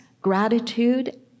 gratitude